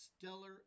stellar